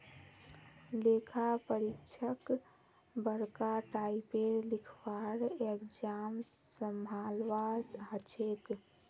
लेखा परीक्षकक बरका टाइपेर लिखवार एग्जाम संभलवा हछेक